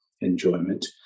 enjoyment